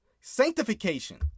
Sanctification